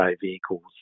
vehicles